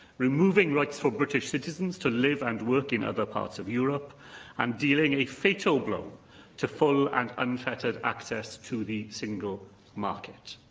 removing rights for british citizens to live and work in other parts of europe and dealing a fatal blow to full and unfettered access to the single market.